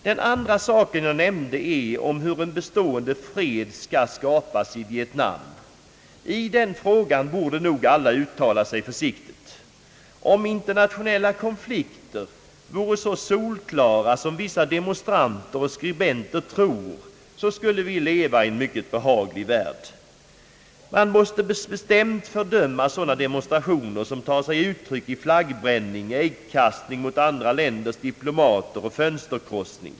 Den andra frågan som jag nämnde var hur en bestående fred skall kunna skapas i Vietnam. I den frågan borde nog alla uttala sig försiktigt. Om internationella konflikter vore så solklara som vissa demonstranter och skribenter tror, skulle vi leva i en mycket behaglig värld. Man måste bestämt fördöma sådana demonstrationer som tar sig utiryck i flaggbränning, äggkastning mot andra länders diplomater och fönsterkrossning.